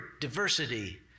diversity